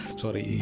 sorry